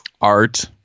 Art